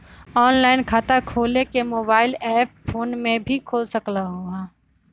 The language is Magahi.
ऑनलाइन खाता खोले के मोबाइल ऐप फोन में भी खोल सकलहु ह?